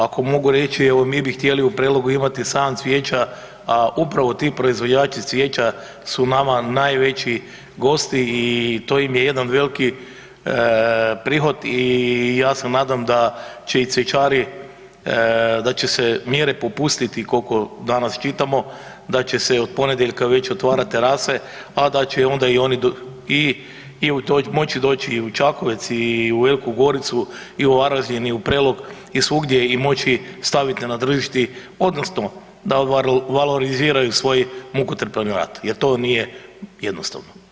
Ako mogu reći, evo mi bi htjeli u Prelogu imati sajam cvijeća, a upravo ti proizvođači cvijeća su nama najveći gosti i to im je jedan veliki prihod i ja se nadam da će i cvjećari, da će se mjere popustiti kolko danas čitamo, da će se od ponedeljka već otvarat terase, a da će onda i oni i, i moći doći i u Čakovec i u Veliku Goricu i u Varaždin i u Prelog i svugdje i moći staviti na tržište odnosno da valoriziraju svoj mukotrpan rad jer to nije jednostavno.